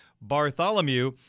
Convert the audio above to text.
Bartholomew